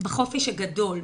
בחופש הגדול,